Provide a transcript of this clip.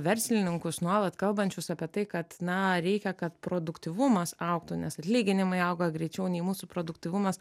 verslininkus nuolat kalbančius apie tai kad na reikia kad produktyvumas augtų nes atlyginimai auga greičiau nei mūsų produktyvumas